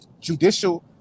judicial